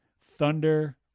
Thunder